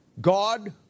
God